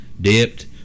dipped